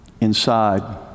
inside